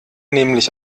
nämlich